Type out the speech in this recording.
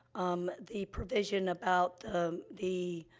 um, the provision about the